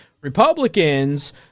Republicans